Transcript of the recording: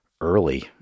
early